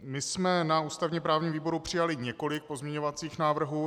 My jsme na ústavněprávním výboru přijali několik pozměňovacích návrhů.